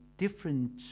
different